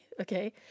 Okay